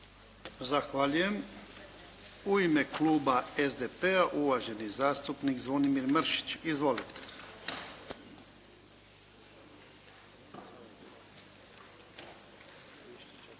znam je li, u ime Kluba SDP-a gospodin zastupnik Zvonimir Mršić. Izvolite.